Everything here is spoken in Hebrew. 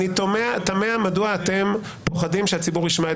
אני תמה מדוע אתם פוחדים שהציבור ישמע את